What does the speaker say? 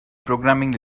programming